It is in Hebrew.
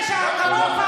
אני לא צריך,